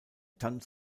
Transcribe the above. tanz